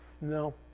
No